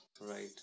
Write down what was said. Right